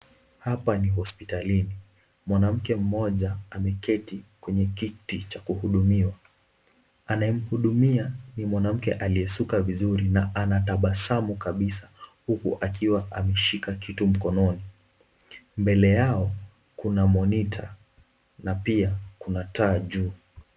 Hapa ni hospitalini. Mwanamke mmoja ameketi kwenye kiti cha kuhudumiwa. Anayemhudumia ni mwanamke aliyesuka vizuri na anatabasamu kabisa huku akiwa ameshika kitu mkononi. Mbele yao kuna monita na pia kuna taa juu.